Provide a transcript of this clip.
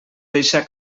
deixar